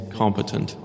competent